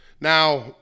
Now